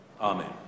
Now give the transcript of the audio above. Amen